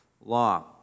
law